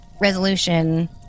resolution